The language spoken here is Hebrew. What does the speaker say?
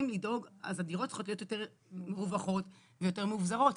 אז הדירות צריכות להיות יותר מרווחות ויותר מאובזרות,